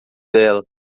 dela